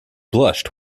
blushed